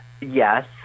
yes